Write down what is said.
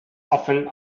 often